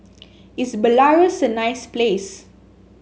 is Belarus a nice place